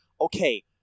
Okay